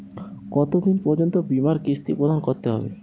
কতো দিন পর্যন্ত বিমার কিস্তি প্রদান করতে হবে?